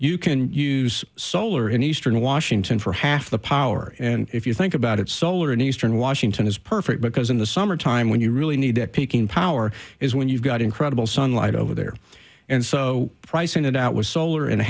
you can use solar in eastern washington for half the power and if you think about it solar in eastern washington is perfect because in the summer time when you really need it peaking power is when you've got incredible sunlight over there and so pricing it out with solar and a